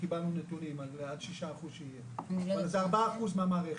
שקיבלנו נתונים עד 6% שיהיה, זה 4% מהמערכת.